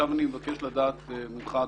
אני מבקש לדעת ממך,